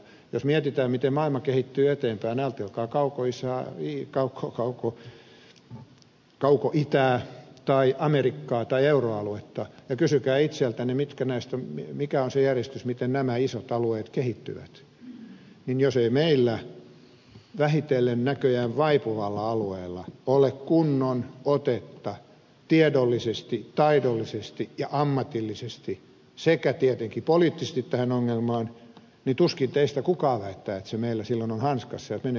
jos mietitään miten maailma kehittyy eteenpäin ajatelkaa kaukoitää tai amerikkaa tai euroaluetta ja kysykää itseltänne mikä on se järjestys miten nämä isot alueet kehittyvät niin jos ei meillä vähitellen näköjään vaipuvalla alueella ole kunnon otetta tiedollisesti taidollisesti ja ammatillisesti sekä tietenkin poliittisesti tähän ongelmaan niin tuskin teistä kukaan väittää että se meillä silloin on hanskassa että menee oikein päin